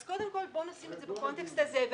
אז קודם כול בוא נשים את זה בקונטקסט הזה.